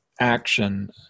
action